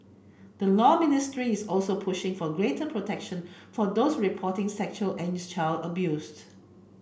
the Law Ministry is also pushing for greater protection for those reporting sexual and child abused